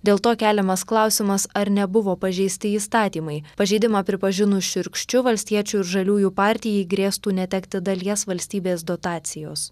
dėl to keliamas klausimas ar nebuvo pažeisti įstatymai pažeidimą pripažinus šiurkščiu valstiečių ir žaliųjų partijai grėstų netekti dalies valstybės dotacijos